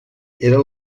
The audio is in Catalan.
era